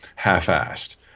half-assed